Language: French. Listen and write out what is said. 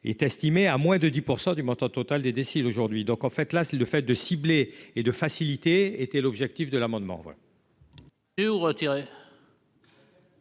est estimé à moins de 10 % du montant total des déciles aujourd'hui donc, en fait, là, c'est le fait de cibler et de facilité était l'objectif de l'amendement.